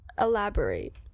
Elaborate